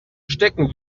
stecken